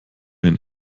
ihren